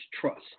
trust